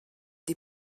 des